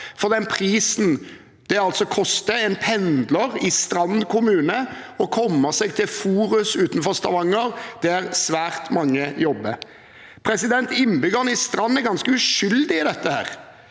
for det beløpet det koster en pendler i Strand kommune å komme seg til Forus utenfor Stavanger, der svært mange jobber. Innbyggerne i Strand er ganske uskyldige i dette.